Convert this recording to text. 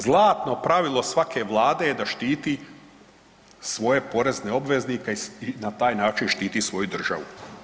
Zlatno pravilo svake vlade je da štiti svoje porezne obveznike i na taj način štiti svoju državu.